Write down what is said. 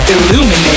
Illuminate